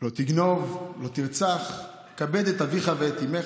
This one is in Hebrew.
לא תגנוב, לא תרצח, כבד את אביך ואת אמך.